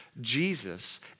Jesus